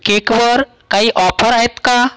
केकवर काही ऑफर आहेत का